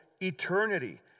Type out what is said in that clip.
eternity